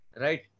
Right